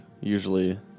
usually